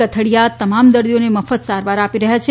કથળીયા તમામ દર્દીઓને મફત સારવાર આપ્તી રહયાં છે